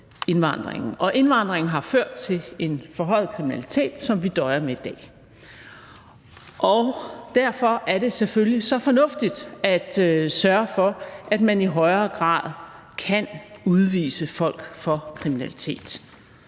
Indvandringen har ført til en forhøjet kriminalitet, som vi døjer med i dag. Derfor er det selvfølgelig så fornuftigt at sørge for, at man i højere grad kan udvise folk for kriminalitet.